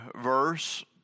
verse